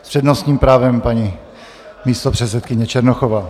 S přednostním právem paní místopředsedkyně Černochová.